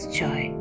joy